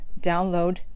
download